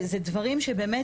זה דברים שבאמת,